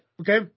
Okay